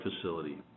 facility